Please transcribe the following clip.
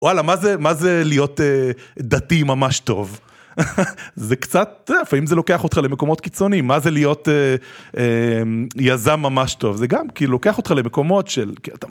וואלה, מה זה להיות דתי ממש טוב? זה קצת, אתה יודע, לפעמים זה לוקח אותך למקומות קיצוניים. מה זה להיות יזם ממש טוב? זה גם, כאילו, לוקח אותך למקומות של...